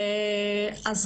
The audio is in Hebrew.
אנחנו